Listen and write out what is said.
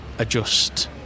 adjust